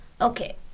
Okay